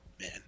man